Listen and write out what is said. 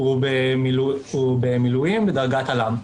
הוא במילואים בדרגת אל"מ.